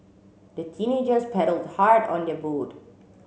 the teenagers paddled hard on their boat